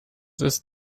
ist